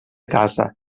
casa